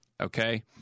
okay